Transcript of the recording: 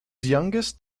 youngest